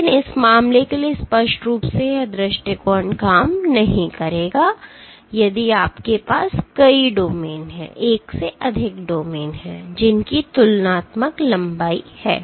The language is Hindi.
लेकिन इस मामले के लिए स्पष्ट रूप से यह दृष्टिकोण काम नहीं करेगा यदि आपके पास कई डोमेन हैं जिनकी तुलनात्मक लंबाई है